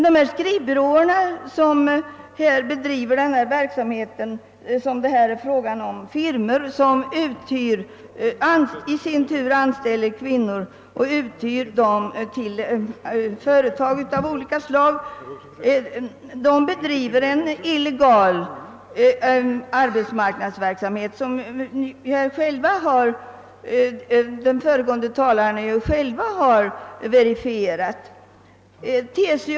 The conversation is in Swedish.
: De skrivbyråer det nu är fråga om, d.v.s. firmor som anställer kvinnor och i sin tur hyr ut dem till företag av olika slag, bedriver en illegal arbetsförmedling. Den föregående talaren har: ju själv verifierat detta.